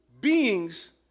beings